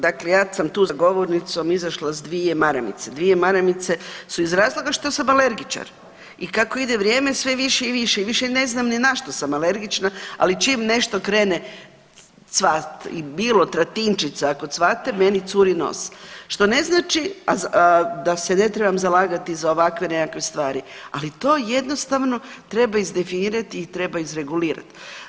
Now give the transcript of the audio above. Dakle, ja sam tu za govornicom izašla s dvije maramice, dvije maramice su iz razloga što sam alergičar i kako ide vrijeme sve više i više i više ne znam ni na što sam alergična, ali čim nešto krene cvast bilo tratinčica ako cvate meni curi nos, što ne znači da se ne trebam zalagati za ovakve nekakve stvari, ali to jednostavno treba izdefinirati i treba izregulirat.